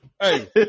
Hey